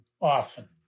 often